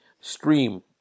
Stream